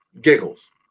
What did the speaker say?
giggles